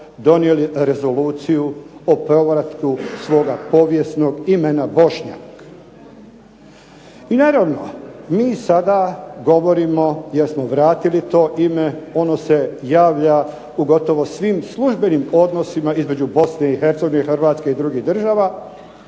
donijeli Rezoluciju o povratku svoga povijesnog imena Bošnjak. I naravno mi sada govorimo jer smo vratili to ime, ono se javlja u gotovo svim službenim odnosima između Bosne i Hercegovine i Hrvatske i drugih država,